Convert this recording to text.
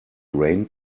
rain